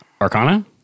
Arcana